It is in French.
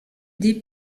des